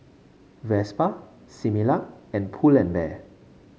Vespa Similac and Pull and Bear